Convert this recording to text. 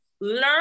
learn